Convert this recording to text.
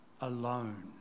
Alone